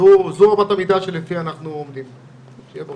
זו אמת המידה שלפיה אנחנו עומדים, שיהיה ברור.